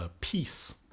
peace